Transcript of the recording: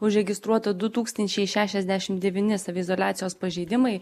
užregistruota du tūkstančiai šešiasdešimt devyni saviizoliacijos pažeidimai